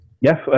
Yes